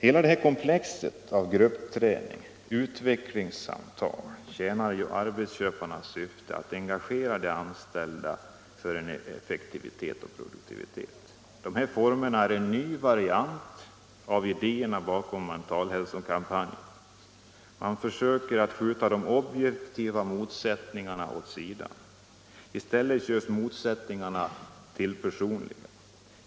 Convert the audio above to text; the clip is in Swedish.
Hela detta komplex av gruppträning och utvecklingssamtal tjänar arbetsköparnas syfte att engagera de anställda för ökad effektivitet och produktivitet. Dessa former är en ny variant av idéerna bakom Mentalhälsokampanjen. Man försöker att skjuta de objektiva motsättningarna åt sidan. I stället görs motsättningarna till personliga.